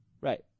Right